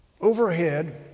overhead